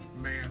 Man